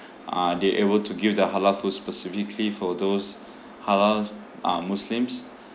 uh they able to give the halal food specifically for those halal uh muslims